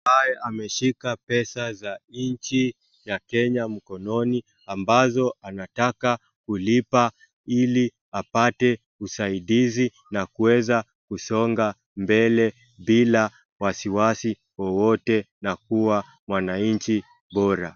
Ambaye ameshika pesa za nchi ya Kenya mkononi ambazo anataka kulipa ili apate usaidizi na kuweza kusonga mbele bila wasi wasi wowote na kuwa mwananchi bora.